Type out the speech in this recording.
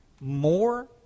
more